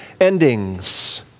endings